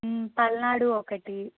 పల్నాడు ఒకటి